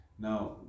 Now